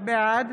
בעד